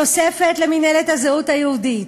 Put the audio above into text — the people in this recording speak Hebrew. תוספת למינהלת הזהות היהודית,